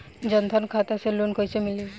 जन धन खाता से लोन कैसे मिली?